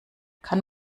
kann